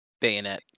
bayonet